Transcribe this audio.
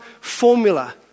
formula